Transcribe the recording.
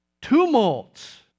tumults